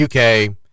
UK